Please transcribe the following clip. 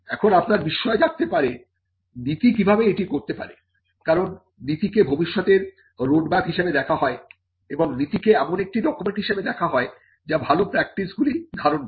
এখন আপনার বিস্ময় জাগতে পারে নীতি কিভাবে এটি করতে পারে কারণ নীতি কে ভবিষ্যতের রোডম্যাপ হিসাবে দেখা হয় এবং নীতি কে এমন একটি ডকুমেন্ট হিসাবে দেখা হয় যা ভালো প্রাক্টিস গুলি ধারণ করে